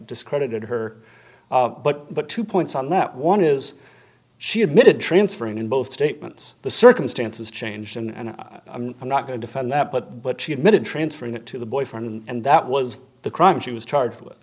discredited her but but two points on that one is she admitted transferrin in both statements the circumstances changed and i'm not going to find that but that she admitted transferring it to the boyfriend and that was the crime she was charged with